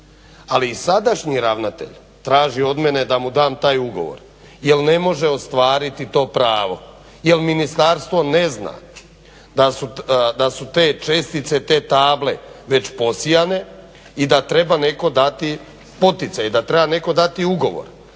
Ali sadašnji ravnatelj traži od mene da dam taj ugovor jel ne može ostvariti to pravo jel ministarstvo ne zna da su te čestice, te table već posijane i da netko treba dati poticaj i da treba netko dati ugovor.